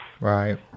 Right